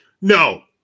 No